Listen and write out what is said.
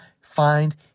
find